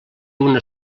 una